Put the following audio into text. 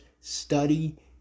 Study